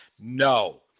No